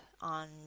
on